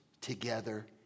together